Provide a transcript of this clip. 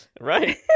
right